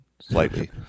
slightly